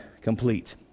complete